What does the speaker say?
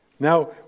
Now